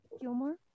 Gilmore